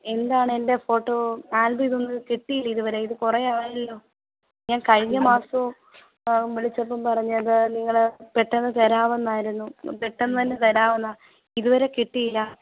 എന്താണ് എന്റെ photo album ഇതൊന്നും കിട്ടിയില്ല ഇതുവരെ ഇത് കുറേ ആയല്ലോ ഞാന് കഴിഞ്ഞ മാസവും വിളിച്ചപ്പം പറഞ്ഞത് നിങ്ങൾ പെട്ടെന്ന് തരാം എന്നായിരുന്നു പെട്ടെന്ന് തന്നെ തരാം എന്നാണ് ഇതുവരെ കിട്ടിയില്ല